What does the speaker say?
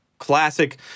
Classic